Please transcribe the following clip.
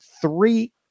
three